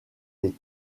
les